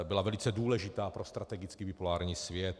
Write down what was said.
Byla velice důležitá pro strategický bipolární svět.